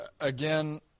again